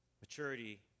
Maturity